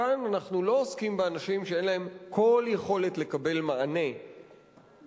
כאן אנחנו לא עוסקים באנשים שאין להם כל יכולת לקבל מענה והן